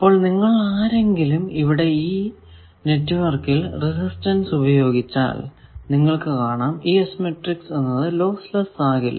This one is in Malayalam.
അപ്പോൾ നിങ്ങൾ ആരെങ്കിലും ഇവിടെ ഈ നെറ്റ്വർക്കിൽ റെസിസ്റ്റൻസ് ഉപയോഗിച്ചാൽ നിങ്ങൾക്കു കാണാം ഈ S മാട്രിക്സ് എന്നത് ലോസ് ലെസ്സ് ആകില്ല